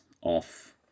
off